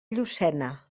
llucena